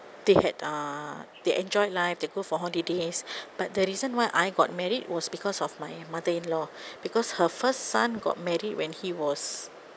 they had uh they enjoyed life they go for holidays but the reason why I got married was because of my mother in law because her first son got married when he was